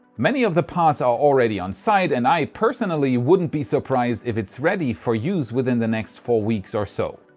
many of the parts are already on site and i personally wouldn't be surprised, if it's ready for use within the next four weeks or so.